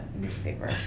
newspaper